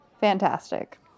Fantastic